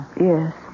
Yes